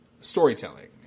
storytelling